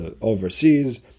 overseas